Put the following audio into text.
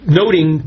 noting